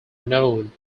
known